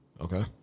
Okay